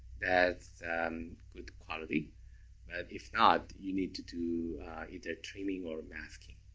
that's good quality. but if not, you need to do either trimming or masking.